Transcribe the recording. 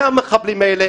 זה המחבלים האלה.